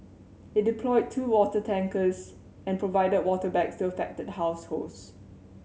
it deployed two water tankers and provided water bags to affected households